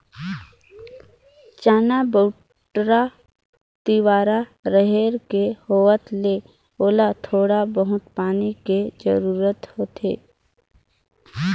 चना, बउटरा, तिंवरा, रहेर के होवत ले ओला थोड़ा बहुत पानी के जरूरत होथे